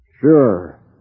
Sure